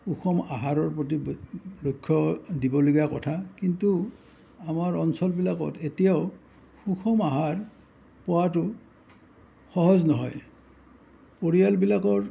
সুষম আহাৰৰ প্ৰতি লক্ষ্য দিবলগীয়া কথা কিন্তু আমাৰ অঞ্চলবিলাকত এতিয়াও সুষম আহাৰ পোৱাতো সহজ নহয় পৰিয়ালবিলাকৰ